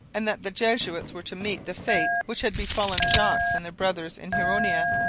and that the jesuits were to meet the fate which had befallen jogues and their brothers in huronia.